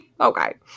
Okay